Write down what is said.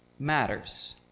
matters